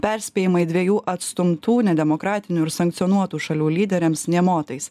perspėjamai dviejų atstumtų nedemokratinių ir sankcionuotų šalių lyderiams nė motais